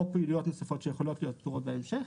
או פעילויות נוספות שיכולות להיות פטורות בהמשך.